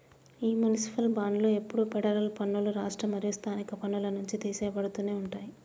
ఈ మునిసిపాల్ బాండ్లు ఎప్పుడు ఫెడరల్ పన్నులు, రాష్ట్ర మరియు స్థానిక పన్నుల నుంచి తీసెయ్యబడుతునే ఉంటాయి